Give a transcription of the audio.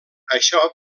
això